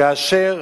כאשר